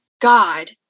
God